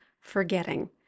Forgetting